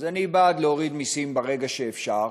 אז אני בעד להוריד מסים ברגע שאפשר,